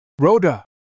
Rhoda